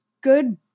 good